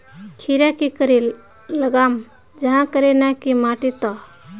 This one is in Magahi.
खीरा की करे लगाम जाहाँ करे ना की माटी त?